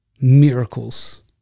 miracles